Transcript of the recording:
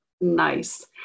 Nice